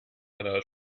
einer